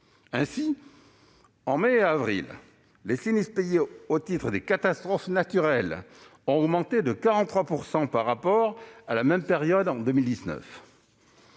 Ainsi, en mai et avril derniers, les sinistres payés au titre des catastrophes naturelles ont augmenté de 43 % par rapport à la même période en 2019.